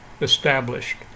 established